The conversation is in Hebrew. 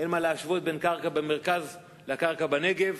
אין מה להשוות בין קרקע במרכז לקרקע בנגב.